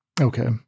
Okay